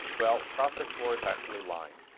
well process explorer is actually line.